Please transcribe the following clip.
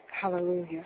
Hallelujah